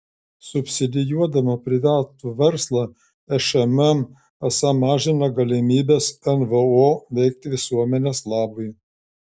subsidijuodama privatų verslą šmm esą mažina galimybes nvo veikti visuomenės labui